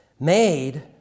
Made